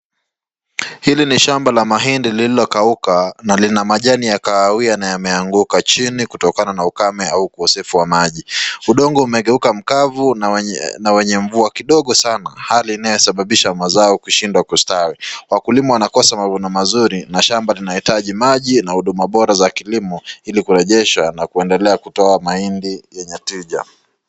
Hili ni shamba la mahindi lililokauka na lina majani ya kawia na yameanguka chini kutokana na ukame au ukosefu wa maji, udongo umegeuka mkavu na yenye mvua Kidogo sana hali inayosababisha mazao kushindwa kustawi, wakulima wanakosa mavuno mazuri na shamba linahitaji maji na huduma bora za kilimo ilikurejesha na kuendelea kutoa mahindi yenye twija.